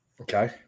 Okay